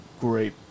Great